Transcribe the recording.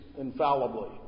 infallibly